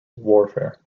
warfare